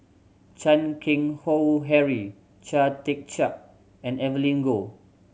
Chan Keng Howe Harry Chia Tee Chiak and Evelyn Goh